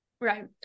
Right